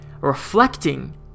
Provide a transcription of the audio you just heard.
reflecting